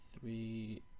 three